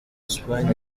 espagne